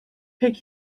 pek